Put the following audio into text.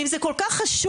אם זה כל כך חשוב.